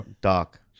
Doc